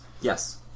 Yes